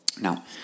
Now